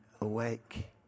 awake